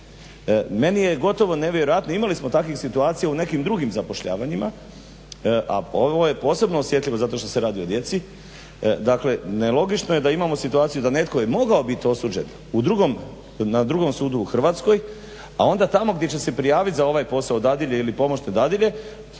Meni je gotovo nevjerojatno, imali smo takvih situacija u nekim drugim zapošljavanjima a ovo je posebno osjetljivo zato što se radi o djeci. Dakle, nelogično je da imamo situaciju da netko je mogao biti osuđen na drugom sudu u Hrvatskoj, a onda tamo gdje će se prijaviti za ovaj posao dadilje ili pomoćne dadilje,